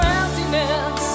emptiness